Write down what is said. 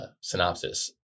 synopsis